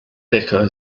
deco